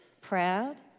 proud